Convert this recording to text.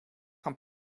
een